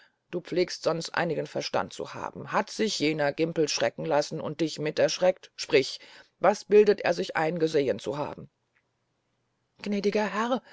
du pflegtest sonst einigen verstand zu haben hat sich jener gimpel schrecken lassen und dich mit erschreckt sprich was bildet er sich ein gesehen zu haben gnädiger herr